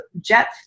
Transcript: jet